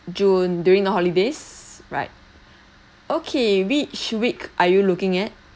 june during the holidays right okay which week are you looking at